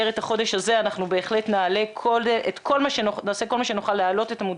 ברשת זה שיקוף של כל מה שיועצים, הורים ומורים לא